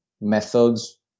methods